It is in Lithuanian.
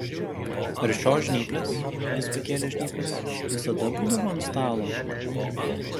ar šios žnyplės jis pakėlė žnyples visada būdavo ant stalo